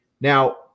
Now